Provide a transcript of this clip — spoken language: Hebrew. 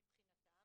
מבחינתם